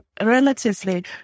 relatively